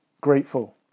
grateful